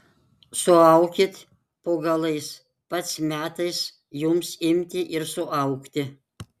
suaukit po galais pats metas jums imti ir suaugti